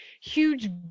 huge